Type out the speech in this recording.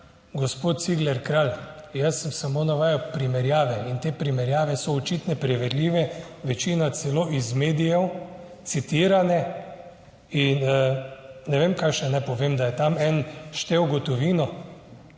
Gospod Cigler Kralj, jaz sem samo navajal primerjave in te primerjave so očitno preverljive, večina celo iz medijev citirane, in ne vem kaj naj povem, da je tam en štel gotovino,